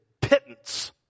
pittance